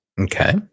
Okay